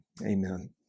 Amen